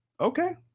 Okay